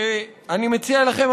ואני מציע לכם,